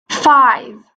five